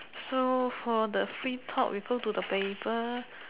so for the free talk we go to the paper